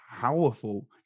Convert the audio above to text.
powerful